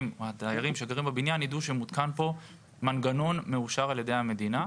שהדיירים שגרים בבניין ידעו שמותקן מנגנון שאושר על ידי המדינה.